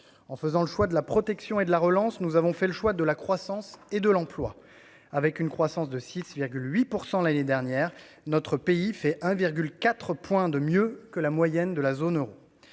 En faisant le choix de la protection et de la relance, nous avons fait le choix de la croissance et de l'emploi. Avec une croissance de 6,8 % l'année dernière, notre pays fait 1,4 point de mieux que la moyenne de la zone euro.